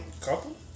Couple